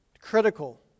critical